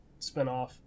spinoff